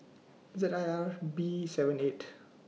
Z I R B seven eight